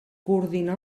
coordinar